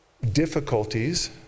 Difficulties